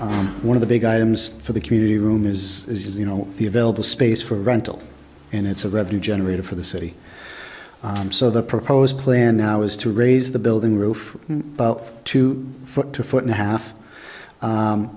on one of the big items for the community room is you know the available space for rental and it's a revenue generator for the city so the proposed plan now is to raise the building roof to foot to foot and a half